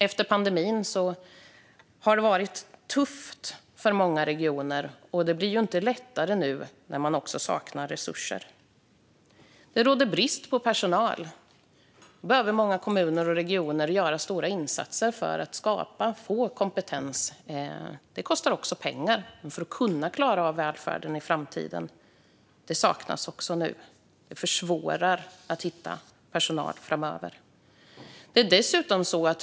Efter pandemin har det varit tufft för många regioner, och det blir inte lättare när de nu saknar resurser. Det råder brist på personal. Många kommuner och regioner behöver göra stora insatser för att få kompetent personal, och det kostar pengar. För att kunna klara av välfärden nu i och i framtiden behövs pengar, och de saknas nu, vilket försvårar att hitta personal framöver.